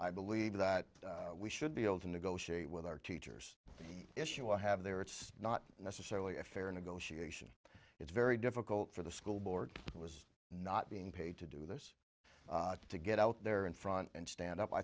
i believe that we should be able to negotiate with our teachers issue or have their it's not necessarily a fair a negotiation it's very difficult for the school board was not being paid to do this to get out there in front and stand up i